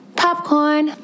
popcorn